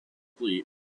complete